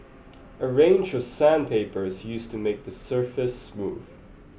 a range of sandpaper is used to make the surface smooth